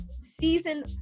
season